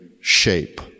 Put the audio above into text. shape